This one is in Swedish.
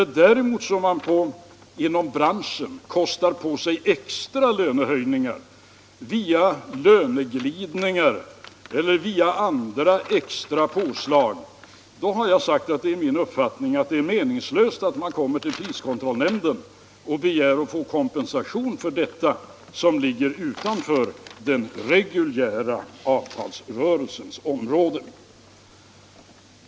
Om däremot en bransch kostar på sig extra lönehöjningar via löneglidningar eller andra ytterligare påslag, då är det, har jag sagt, min uppfattning att det är meningslöst att komma till priskontrollnämnden och begära att få kompensation för detta, som ligger utanför den reguljära avtalsrörelsens område.